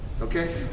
okay